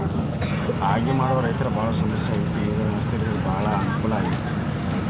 ಅಗಿ ಮಾಡುದ ರೈತರು ಬಾಳ ಸಮಸ್ಯೆ ಆಗಿತ್ತ ಈ ನರ್ಸರಿಯಿಂದ ಬಾಳ ಅನಕೂಲ ಆಗೈತಿ